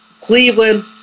Cleveland